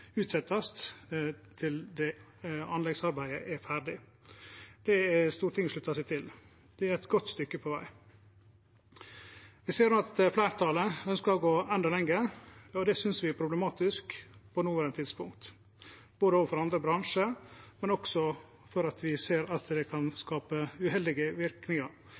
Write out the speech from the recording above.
til anleggsarbeidet er ferdig – det har Stortinget slutta seg til. Det er eit godt stykke på veg. Eg ser at fleirtalet ønskjer å gå endå lenger, og det synest vi er problematisk på noverande tidspunkt, både overfor andre bransjar og fordi vi ser at det kan skape uheldige